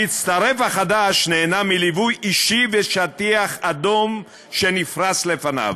המצטרף החדש נהנה מליווי אישי ומשטיח אדום שנפרס לפניו,